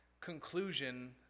conclusion